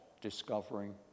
discovering